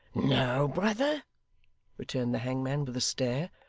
no, brother returned the hangman with a stare.